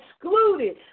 excluded